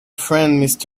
friend